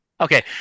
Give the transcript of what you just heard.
Okay